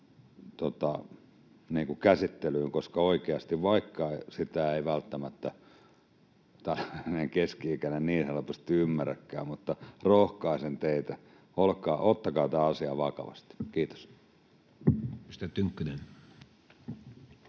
käsittelyyn. Vaikka sitä ei välttämättä tällainen keski-ikäinen niin sanotusti ymmärräkään, niin rohkaisen teitä, ottakaa tämä asia vakavasti. — Kiitos.